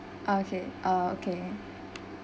ah okay ah okay